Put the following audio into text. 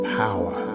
power